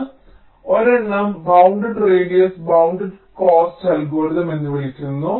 അതിനാൽ ഒരെണ്ണം bounded radius bounded cost algorithm എന്ന് വിളിക്കുന്നു